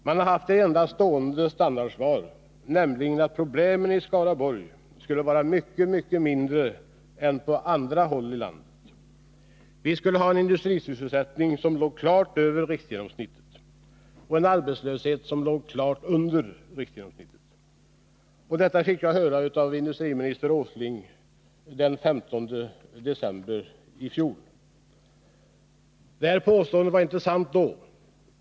Man har haft ett stående standardsvar, nämligen att problemen i Skaraborg skulle vara mycket mindre än på andra håll i landet. Vi skulle ha en industrisysselsättning som låg klart över riksgenomsnittet och en arbetslöshet som låg klart under genomsnittet för riket. Detta fick jag höra av industriminister Åsling senast den 15 december i fjol. Dessa påståenden var inte sanna då.